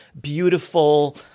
beautiful